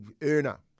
earner